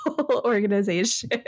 organization